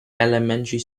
elementary